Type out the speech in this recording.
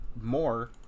more